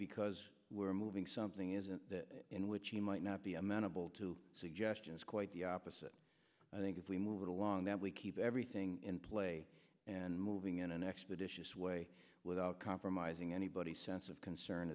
because we're moving something isn't in which he might not be amenable to suggestions quite the opposite i think if we move it along that we keep everything in play and moving in an expeditious way without compromising anybody's sense of concern